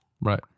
right